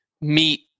meet